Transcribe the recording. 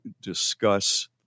discuss